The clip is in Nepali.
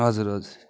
हजुर हजुर